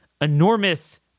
enormous